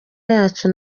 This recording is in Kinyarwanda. yacu